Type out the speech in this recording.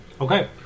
Okay